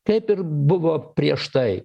kaip ir buvo prieš tai